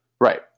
Right